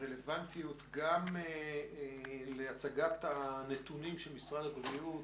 רלוונטיות גם להצגת הנתונים של משרד הבריאות